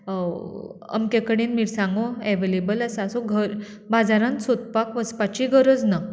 अमके कडेन मिरसांगो अवलेबल आसात सो घर बाजारांत सोदपाक वचपाची गरज ना